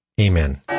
Amen